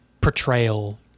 portrayal